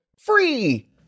Free